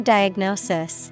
Diagnosis